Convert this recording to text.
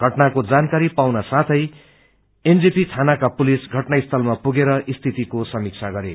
घटनाको जानकारी पाउनसाथै एनजेपी थानाका पुलिस घटनास्थलमा पुगेर स्थितिको समिक्षा गरे